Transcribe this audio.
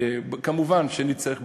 מובן שנצטרך בסוף,